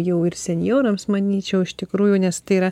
jau ir senjorams manyčiau iš tikrųjų nes tai yra